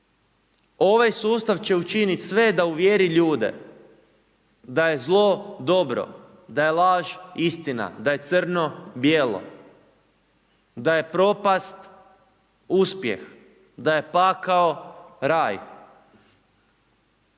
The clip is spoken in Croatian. Ovaj sustav će učiniti sve da uvjeri ljude da je zlo dobro, da je laž istina, da je crno bijelo, da je propast uspjeh, da je pakao raj.